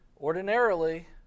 Ordinarily